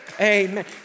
Amen